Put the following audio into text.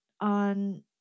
on